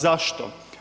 Zašto?